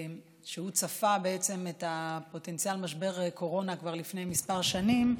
הוא צפה בעצם את הפוטנציאל משבר קורונה כבר לפני מספר שנים,